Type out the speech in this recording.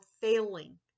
failing